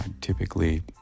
typically